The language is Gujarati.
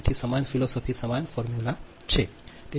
તેથી સમાન ફિલોસોફી સમાન ફોર્મ્યુલા